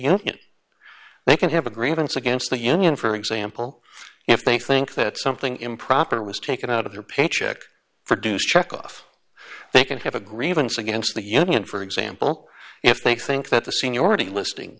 union they can have a grievance against the union for example if they think that something improper was taken out of their paycheck for do struck off they can have a grievance against the union for example if they think that the seniority listing